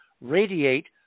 radiate